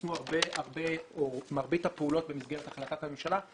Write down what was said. ויושמו הרבה או מרבית הפעולות במסגרת החלטת הממשלה,